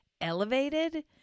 elevated